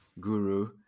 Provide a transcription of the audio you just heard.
guru